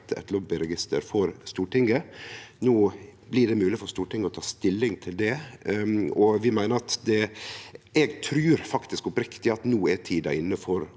eit lobbyregister for Stortinget. No blir det mogleg for Stortinget å ta stilling til det, og eg trur faktisk oppriktig at tida er inne for